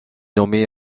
nommé